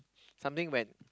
something when